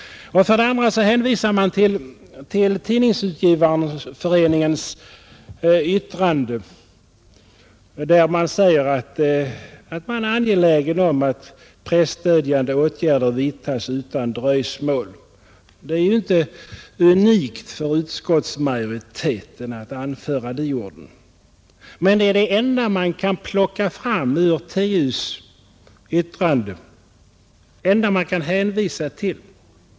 För det andra hänvisar konstitutionsutskottet till Tidningsutgivareföreningens yttrande, där man säger att man är angelägen om att presstödjande åtgärder vidtas utan dröjsmål. Det är ju inte unikt för utskottsmajoriteten att anföra de orden. Men det är det enda i TUs yttrande man kan plocka fram och hänvisa till.